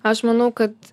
aš manau kad